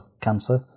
cancer